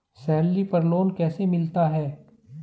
Salary पर loan कैसे मिलता है?